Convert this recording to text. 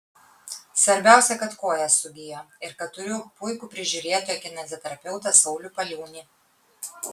svarbiausia kad koja sugijo ir kad turiu puikų prižiūrėtoją kineziterapeutą saulių paliūnį